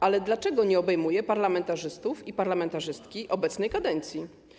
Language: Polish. Ale dlaczego nie obejmuje parlamentarzystów i parlamentarzystek obecnej kadencji?